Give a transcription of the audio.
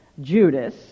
Judas